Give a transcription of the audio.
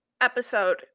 episode